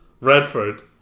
Redford